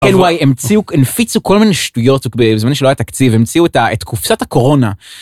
כן, וואי, המציאו, הנפיצו כל מיני שטויות בזמן שלא היה תקציב, המציאו את ה... את קופסת הקורונה.